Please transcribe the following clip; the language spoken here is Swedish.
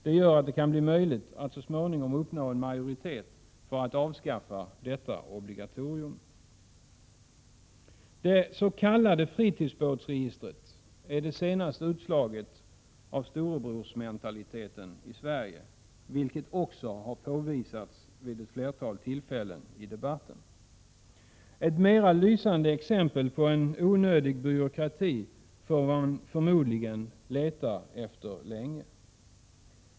Därigenom kan det bli möjligt att så småningom uppnå en majoritet för att avskaffa detta obligatorium. fritidsbåtsregistret är det senaste utslaget av storebrorsmentaliteten i Sverige, vilket också har påvisats vid ett flertal tillfällen i debatten. Ett mer lysande exempel på en onödig byråkrati får man förmodligen leta länge efter.